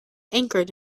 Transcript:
anchored